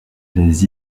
les